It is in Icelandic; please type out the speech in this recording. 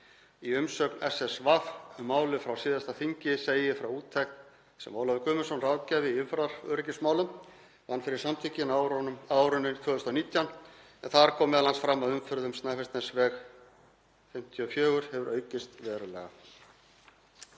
Í umsögn SSV um málið frá síðasta þingi segir frá úttekt sem Ólafur Guðmundsson, ráðgjafi í umferðaröryggismálum, vann fyrir samtökin á árinu 2019 en þar kom m.a. fram að umferð um Snæfellsnesveg 54 hefur aukist verulega.